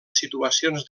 situacions